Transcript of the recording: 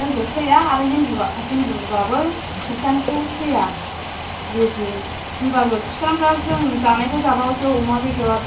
जोंखौ सैया आरो हिन्दुआ हिन्दुब्लाबो खृष्टानखौ सैया बेबादि होनब्लाबो खृष्टानफ्रा जों जानायखौ जाबावोसो अमा बेदर